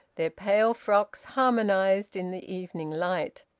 their pale frocks harmonised in the evening light.